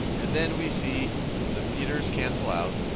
and then we see the meters cancel out.